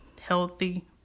healthy